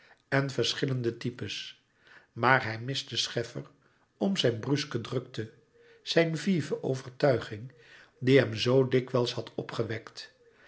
en verschillende types maar hij miste scheffer om zijn bruske drukte zijn vive overtuiging die hem zoo dikwijls had opgewekt